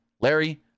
Larry